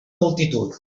multitud